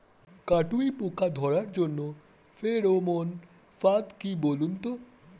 কাটুই পোকা ধরার জন্য ফেরোমন ফাদ কি বলুন তো?